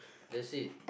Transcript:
that's it